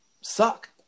suck